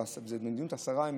וזו מדיניות השרה,